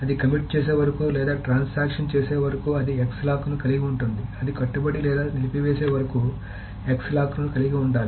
అది కమిట్ చేసే వరకు లేదా ట్రాన్సాక్షన్ చేసే వరకు అది X లాక్లను కలిగి ఉంటుంది అది కట్టుబడి లేదా నిలిపివేసే వరకు X లాక్లను కలిగి ఉండాలి